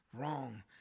wrong